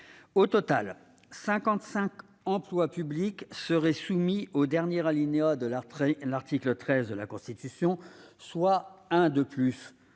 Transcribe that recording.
Au total, 55 emplois publics seraient soumis au dernier alinéa de l'article 13 de la Constitution, soit un de plus